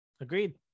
Agreed